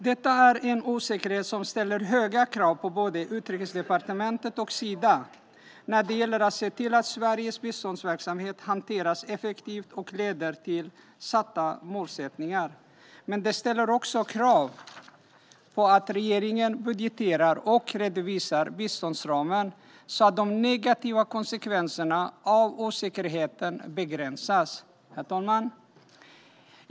Detta är en osäkerhet som ställer höga krav på både Utrikesdepartementet och Sida när det gäller att se till att Sveriges biståndsverksamhet hanteras effektivt och leder till satta mål. Men det ställer också krav på att regeringen budgeterar och redovisar biståndsramen så att de negativa konsekvenserna av osäkerheten begränsas. Herr talman!